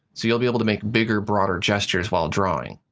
so you'll be able to make bigger broader gestures while drawing.